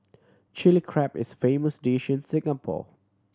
Chilli Crab is famous dish in Singapore